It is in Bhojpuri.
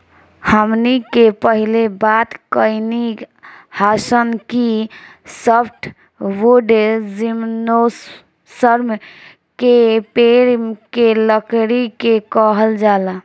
हमनी के पहिले बात कईनी हासन कि सॉफ्टवुड जिम्नोस्पर्म के पेड़ के लकड़ी के कहल जाला